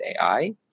AI